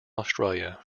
australia